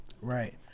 right